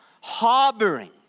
harboring